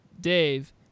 dave